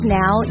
now